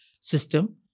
system